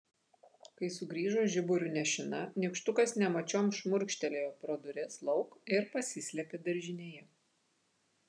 kai sugrįžo žiburiu nešina nykštukas nemačiom šmurkštelėjo pro duris lauk ir pasislėpė daržinėje